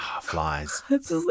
Flies